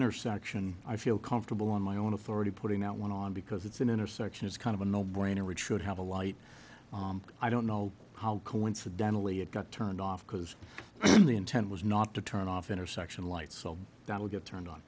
intersection i feel comfortable on my own authority putting out one on because it's an intersection is kind of a no brainer it should have a light i don't know how coincidentally it got turned off because the intent was not to turn off intersection lights so that we get turned o